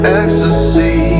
ecstasy